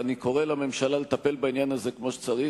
אני קורא לממשלה לטפל בעניין הזה כמו שצריך.